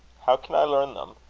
how can i learn them?